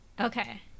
Okay